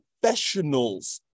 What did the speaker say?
professionals